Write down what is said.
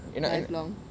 lifelong